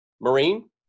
marine